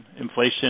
Inflation